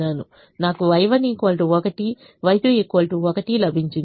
నాకు Y1 1 Y2 1 లభించింది